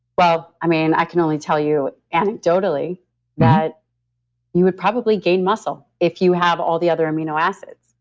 well, i mean, i can only tell you anecdotally that you would probably gain muscle if you have all the other amino acids.